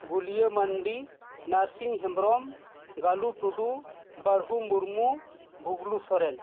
Gulia Mardi Narsing Hembrom Galu Tudu Barhu Murmu Bhuglu Soren